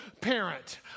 parent